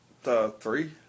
Three